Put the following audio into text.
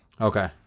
Okay